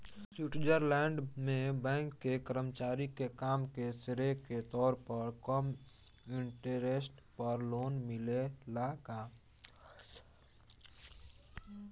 Switzerland में bank के कर्मचारी के काम के श्रेय के तौर पर कम इंटरेस्ट पर लोन मिलेला का?